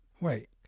wait